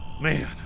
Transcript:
Man